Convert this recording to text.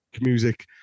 music